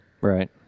Right